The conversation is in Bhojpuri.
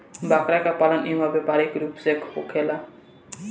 बकरा के पालन इहवा व्यापारिक रूप से होखेला